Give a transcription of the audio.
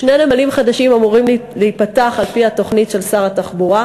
שני נמלים חדשים אמורים להיפתח על-פי התוכנית של שר התחבורה,